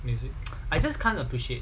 music I just can't appreciate